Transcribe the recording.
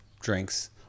drinks